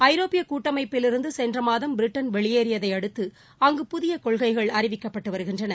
ஐரோப்பிய கூட்டமைப்பிலிருந்து சென்றமாதம் பிரிட்டன் வெளியேறியதை அடுத்து அங்கு புதிய கொள்கைகள் அறிவிக்கப்பட்டு வருகின்றன